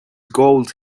gold